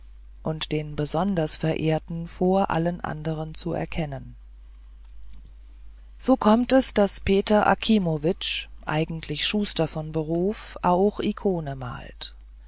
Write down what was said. und den besonders verehrten vor allen anderen zu erkennen so kommt es daß peter akimowitsch eigentlich schuster von beruf auch ikone malt